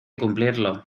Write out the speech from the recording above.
cumplirlo